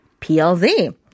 PLZ